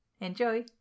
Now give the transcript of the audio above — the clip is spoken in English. enjoy